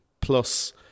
plus